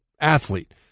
athlete